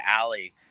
alley